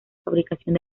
fabricación